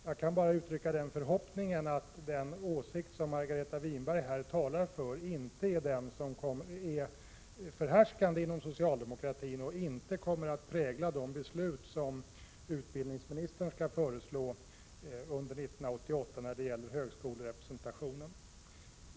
Jag kan bara uttrycka förhoppningen att den åsikt som Margareta Winberg här företräder inte är den förhärskande inom socialdemokratin och inte kommer att prägla de beslut som utbildningsministern skall fatta under 1988 beträffande högskolerepresentationen.